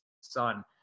son